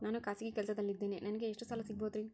ನಾನು ಖಾಸಗಿ ಕೆಲಸದಲ್ಲಿದ್ದೇನೆ ನನಗೆ ಎಷ್ಟು ಸಾಲ ಸಿಗಬಹುದ್ರಿ?